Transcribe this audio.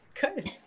good